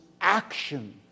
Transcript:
action